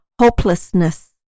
hopelessness